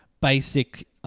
basic